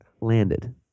landed